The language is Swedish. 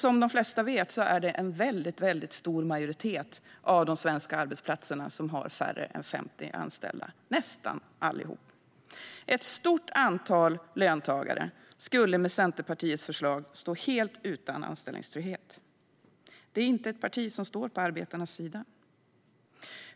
Som de flesta vet är det en mycket stor majoritet av de svenska arbetsplatserna som har färre än 50 anställda - nästan allihop. Ett stort antal löntagare skulle med Centerpartiets förslag stå helt utan anställningstrygghet. Det är inte ett parti som står på arbetarnas sida.